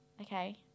Okay